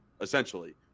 essentially